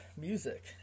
music